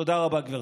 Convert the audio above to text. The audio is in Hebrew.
תודה רבה, גברתי.